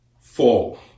fall